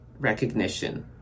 recognition